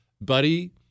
Buddy